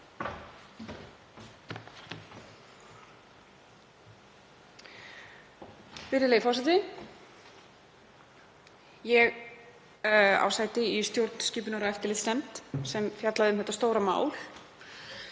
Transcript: Virðulegi forseti. Ég á sæti í stjórnskipunar- og eftirlitsnefnd sem fjallaði um þetta stóra mál.